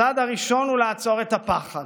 הצעד הראשון הוא לעצור את הפחד.